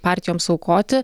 partijoms aukoti